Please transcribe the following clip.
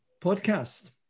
podcast